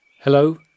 Hello